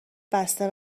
بسته